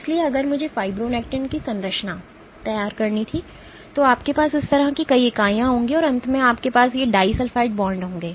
इसलिए अगर मुझे फाइब्रोनेक्टिन की संरचना तैयार करनी थी तो आपके पास इस तरह की कई इकाइयाँ होंगी और अंत में आपके पास ये डाइसल्फाइड बॉन्ड होंगे